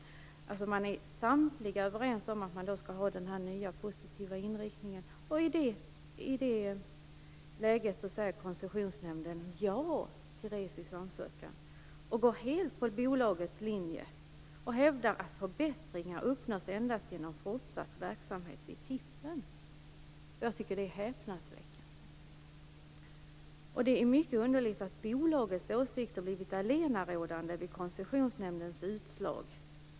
Samtliga är alltså överens om att man skall ha den nya positiva inriktningen. I det läget säger Koncessionsnämnden ja till Recis ansökan och går helt på bolagets linje och hävdar att förbättringar endast uppnås genom fortsatt verksamhet vid tippen. Detta är häpnadsväckande. Det är mycket underligt att bolagets åsikter har blivit allenarådande vid Koncessionsnämndens utslag.